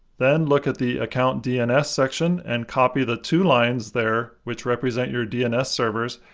then look at the account dns section and copy the two lines there which represent your dns servers.